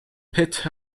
pitt